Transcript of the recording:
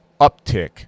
uptick